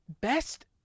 best